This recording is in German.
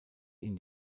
ihn